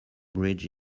bridge